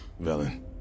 Velen